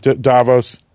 Davos